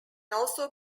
also